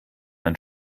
ein